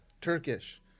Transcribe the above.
turkish